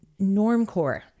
Normcore